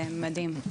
מדהים.